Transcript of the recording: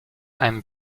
einem